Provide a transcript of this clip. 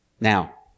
Now